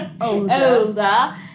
older